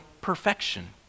perfection